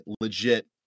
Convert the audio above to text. legit